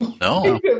No